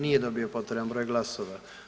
Nije dobio potreban broj glasova.